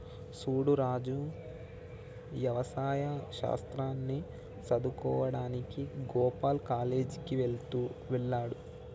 సూడు రాజు యవసాయ శాస్త్రాన్ని సదువువుకోడానికి గోపాల్ కాలేజ్ కి వెళ్త్లాడు